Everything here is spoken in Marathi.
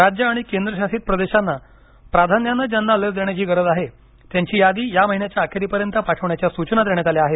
राज्य आणि केंद्रशासित प्रदेशांना प्राधान्याने ज्यांना लस देण्याची गरज आहे त्यांची यादी या महिन्याच्या अखेरीपर्यंत पाठविण्याच्या सूचना देण्यात आल्या आहेत